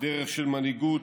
דרך של מנהיגות,